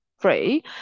free